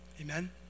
Amen